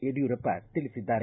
ಯಡಿಯೂರಪ್ಪ ತಿಳಿಸಿದ್ದಾರೆ